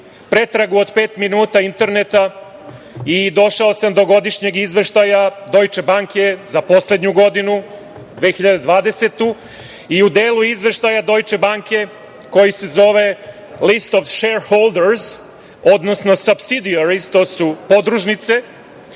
pretragu od pet minuta interneta i došao sam do godišnjeg izveštaja „Dojče banke“ za poslednju godinu 2020. i u delu izveštaja „Dojče banke“ koji se zove list of shareholders, odnosno subsidiaries, to su podružnice,